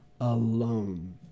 alone